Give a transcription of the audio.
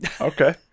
Okay